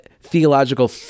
theological